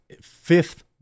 fifth